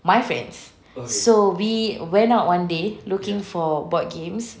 my friends so we went out one day looking for board games